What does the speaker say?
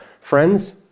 Friends